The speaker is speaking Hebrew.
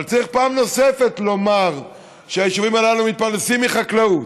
אבל צריך פעם נוספת לומר שהיישובים הללו מתפרנסים מחקלאות.